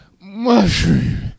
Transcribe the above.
Mushroom